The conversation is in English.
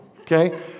okay